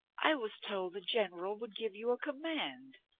i was told the general would give you a command.